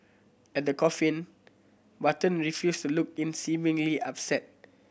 at the coffin Button refused to look in seemingly upset